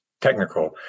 technical